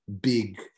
big